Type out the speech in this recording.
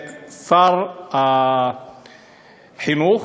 לשר החינוך,